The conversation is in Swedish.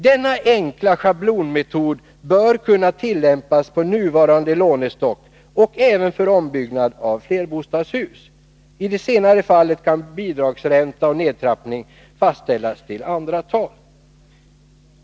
Denna enkla schablonmetod bör kunna tillämpas på nuvarande lånestock och även för ombyggnad av flerbostadshus. I det senare fallet kan bidragsränta och nedtrappning fastställas till andra tal.